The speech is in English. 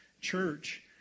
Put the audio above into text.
church